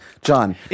John